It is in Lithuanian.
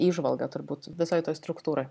įžvalga turbūt visoj toj struktūroj